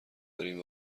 داریم